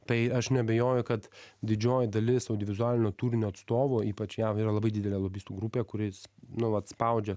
tai aš neabejoju kad didžioji dalis audiovizualinio turinio atstovų ypač jav yra labai didelė lobistų grupė kuris nu vat spaudžia